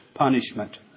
punishment